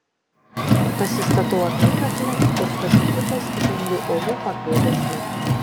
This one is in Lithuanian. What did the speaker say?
pasistatau apykaklę ir pasisukęs žengiu uolų papėdės link